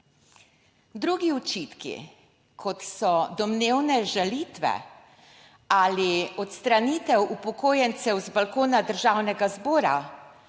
Drugi očitki, kot so domnevne žalitve ali odstranitev upokojencev z balkona Državnega zbora,